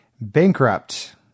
bankrupt